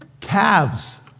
calves